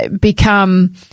become